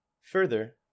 Further